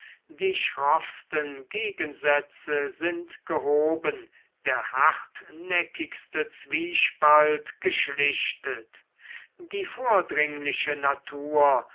die schroffsten gegensätze sind gehoben der hartnäckigste zwiespalt geschlichtet die vordringliche natur